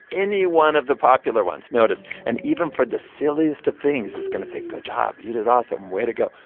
any one of the popular ones notice. and even for the silliest of things, it's going to say, good job. you did awesome. way to go.